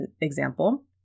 example